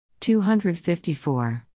254